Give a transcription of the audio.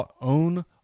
own